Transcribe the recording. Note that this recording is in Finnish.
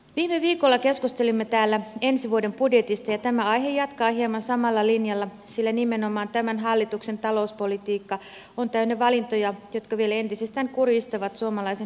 viime viikolla keskustelimme täällä ensi vuoden budjetista ja tämä aihe jatkaa hieman samalla linjalla sillä nimenomaan tämän hallituksen talouspolitiikka on täynnä valintoja jotka vielä entisestään kurjistavat suomalaisen pienituloisen elämää